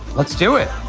let's do it.